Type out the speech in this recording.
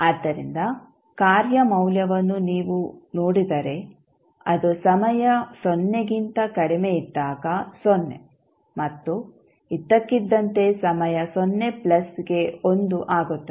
ಆದ್ದರಿಂದ ಕಾರ್ಯ ಮೌಲ್ಯವನ್ನು ನೀವು ನೋಡಿದರೆ ಅದು ಸಮಯ ಸೊನ್ನೆಗಿಂತ ಕಡಿಮೆಯಿದ್ದಾಗ ಸೊನ್ನೆ ಮತ್ತು ಇದ್ದಕ್ಕಿದ್ದಂತೆ ಸಮಯ 0 ಗೆ 1 ಆಗುತ್ತದೆ